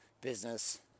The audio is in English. business